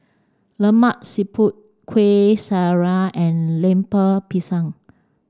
Lemak Siput Kueh Syara and Lemper Pisang